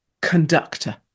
conductor